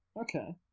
Okay